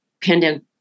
pandemic